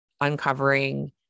uncovering